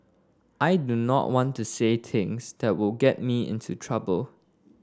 I do not want to say things that will get me into trouble